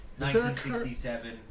1967